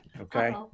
Okay